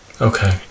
Okay